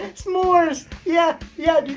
s'mores yeah. yeah.